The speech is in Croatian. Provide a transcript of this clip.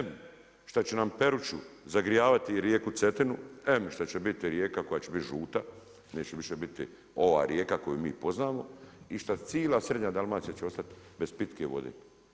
Em šta će nam Peruču zagrijavati i rijeku Cetinu, em šta će biti rijeka koja će biti žuta, neće više biti ova rijeka koju mi poznamo i šta cijela srednja Dalmacija će ostati bez pitke vode.